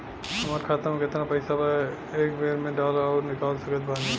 हमार खाता मे केतना पईसा एक बेर मे डाल आऊर निकाल सकत बानी?